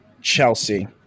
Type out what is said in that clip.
chelsea